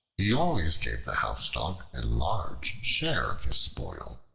he always gave the housedog a large share of his spoil.